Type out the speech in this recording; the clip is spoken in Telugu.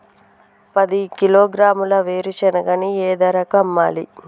పది కిలోగ్రాముల వేరుశనగని ఏ ధరకు అమ్మాలి?